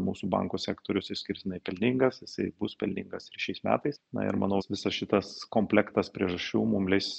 mūsų bankų sektorius išskirtinai pelningas jisai bus pelningas ir šiais metais na ir manau visas šitas komplektas priežasčių mum leis